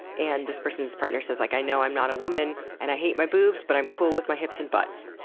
and this person's partner says like i know i'm not a woman and i hate my boobs, but i'm cool with my hips and butts.